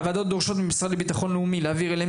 הוועדות דורשות ממשרד הרווחה להעביר אליהן